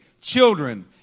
children